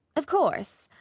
of course,